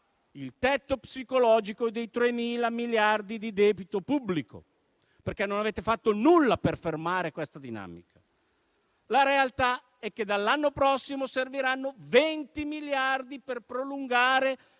il tetto psicologico dei 3.000 miliardi di debito pubblico, perché non avete fatto nulla per fermare questa dinamica. La realtà è che dall'anno prossimo serviranno 20 miliardi per prolungare